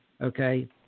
okay